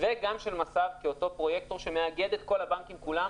וגם של מס"ב כפרויקטור שמאגד את כל הבנקים כולם,